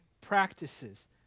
practices